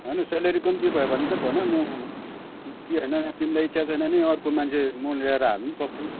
होइन सेलेरी कम्ती भयो भने त भन म कि होइन तिमीलाई इच्छा छैन भने अर्को मान्छे म ल्याएर हाल्नु पनि सक्छु